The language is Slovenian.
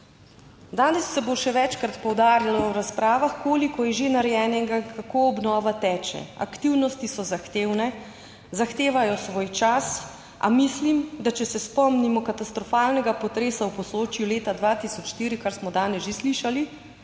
Danes se bo še večkrat poudarilo v razpravah, koliko je že narejenega, kako obnova teče. Aktivnosti so zahtevne, zahtevajo svoj čas, a mislim, da če se spomnimo katastrofalnega potresa v Posočju leta 2004, kar smo danes že slišali,